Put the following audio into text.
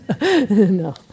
No